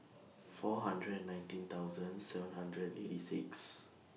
four hundred and nineteen thousand seven hundred and eighty six